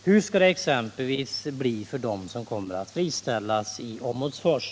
Hur skall det exempelvis bli för dem som kommer att friställas i Åmotsfors?